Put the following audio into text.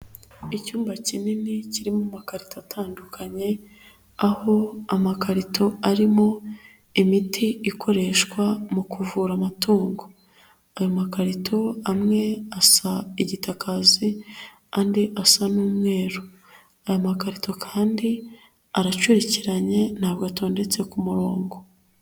Icyumba kinini kiririmo amakarito atandukanye, aho amakarito arimo imiti ikoreshwa mu kuvura amatungo, ayo makarito amwe asa igitakazi andi asa n'umweru, aya makarito kandi aracurikiranye ntabwo atondetse ku murongo.